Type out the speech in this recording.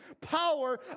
power